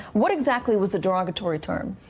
what exactly was the derogatory term.